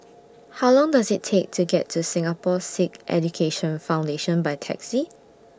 How Long Does IT Take to get to Singapore Sikh Education Foundation By Taxi